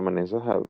סמני זהב